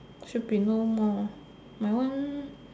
should be no more my one